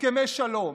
הסכמי שלום,